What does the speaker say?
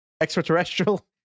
extraterrestrial